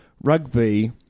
rugby